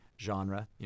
Genre